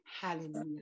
Hallelujah